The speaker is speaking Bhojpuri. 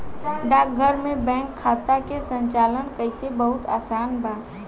डाकघर में बैंक खाता के संचालन कईल बहुत आसान बा